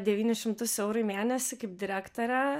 devynis šimtus eurų į mėnesį kaip direktorė